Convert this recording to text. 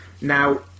Now